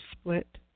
split